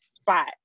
spot